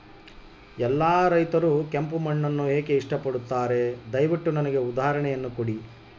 ಎಲ್ಲಾ ರೈತರು ಕೆಂಪು ಮಣ್ಣನ್ನು ಏಕೆ ಇಷ್ಟಪಡುತ್ತಾರೆ ದಯವಿಟ್ಟು ನನಗೆ ಉದಾಹರಣೆಯನ್ನ ಕೊಡಿ?